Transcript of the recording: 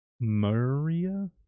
maria